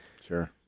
sure